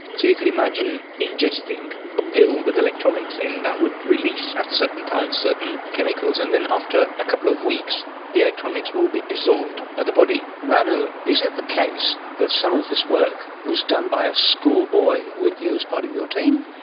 you could imagine ingesting a pill with electronics and that would release at certain times certain chemicals. and then after a couple of weeks the electronics would be dissolved by the body. radu, is it the case that some of this work was done by a schoolboy with you as part of your team?